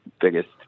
biggest